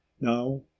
now